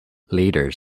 leader